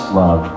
love